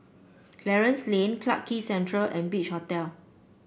Clarence Lane Clarke Quay Central and Beach Hotel